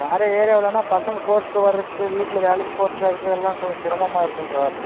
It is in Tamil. வேறு ஏரியாவுலன்னா பசங்க போகறதுக்கு வர்ரதுக்கு வீட்டில் வேலைக்கு போகறதுக்கு வர்ரதுக்கு எல்லாம் கொஞ்சம் சிரமமாக இருக்கும் சார்